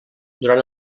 durant